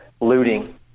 looting